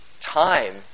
time